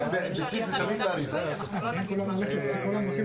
אנחנו נפרט ונבהיר עוד יותר.